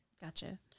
Gotcha